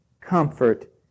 comfort